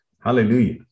Hallelujah